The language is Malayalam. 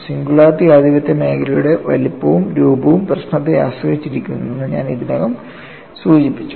സിംഗുലാരിറ്റി ആധിപത്യമേഖലയുടെ വലുപ്പവും രൂപവും പ്രശ്നത്തെ ആശ്രയിച്ചിരിക്കുന്നുവെന്ന് ഞാൻ ഇതിനകം സൂചിപ്പിച്ചിരുന്നു